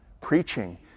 preaching